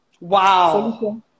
Wow